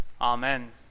Amen